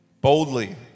Boldly